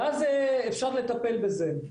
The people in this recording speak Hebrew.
ואז אפשר לטפל בזה.